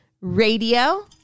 radio